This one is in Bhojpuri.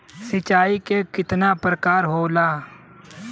इस्प्रिंकलर सब एकही प्रकार के होला या अलग अलग होला?